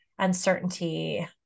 uncertainty